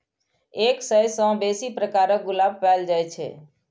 एक सय सं बेसी प्रकारक गुलाब पाएल जाए छै